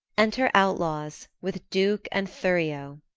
enter outlaws, with duke and thurio